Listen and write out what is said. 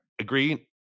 Agree